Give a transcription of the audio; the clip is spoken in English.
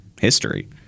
history